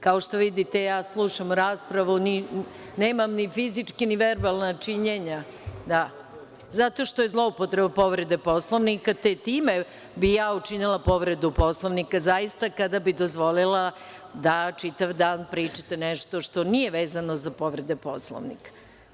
Kao što vidite, ja slušam raspravu, nemam ni fizička ni verbalna činjenja, zato što je zloupotreba povrede Poslovnika, te time bih ja učinila povredu Poslovnika, zaista kada bih dozvolila da čitav dan pričate nešto što nije vezano za povrede Poslovnika.